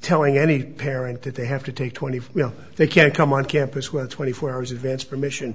telling any parent that they have to take twenty you know they can't come on campus with twenty four hours advance permission